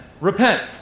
Repent